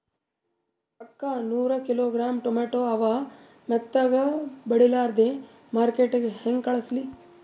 ಅಕ್ಕಾ ನೂರ kilogram tomato ಅವ, ಮೆತ್ತಗಬಡಿಲಾರ್ದೆ ಮಾರ್ಕಿಟಗೆ ಹೆಂಗ ಕಳಸಲಿ?